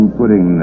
putting